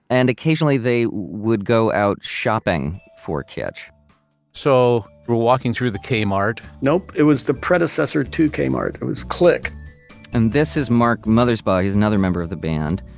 and occasionally they would go out shopping for kitch so, we're walking through the k-mart, nope, it was the predecessor to kmart. it was click and this is mark mothersbaugh, he's another member of the band.